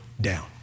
down